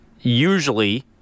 usually